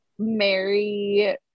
mary